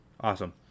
Awesome